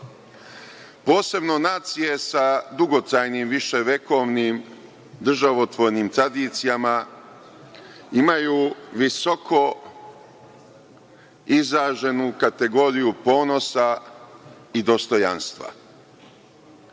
posebno nacije sa dugotrajnim viševekovnim državotvornim tradicijama, imaju visoko izraženu kategoriju ponosa i dostojanstva.